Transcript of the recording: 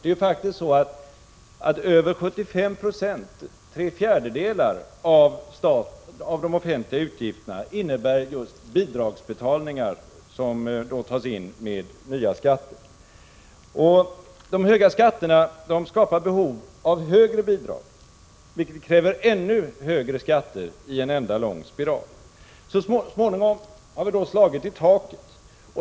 Det är faktiskt så att över 75 96, tre fjärdedelar, av de offentliga utgifterna innebär just bidragsbetalningar, som tas in med nya skatter. De höga skatterna skapar behov av högre bidrag, vilket kräver ännu högre skatter i en enda lång spiral. Så småningom har vi då slagit i taket.